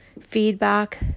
feedback